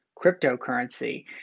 cryptocurrency